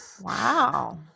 Wow